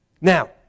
Now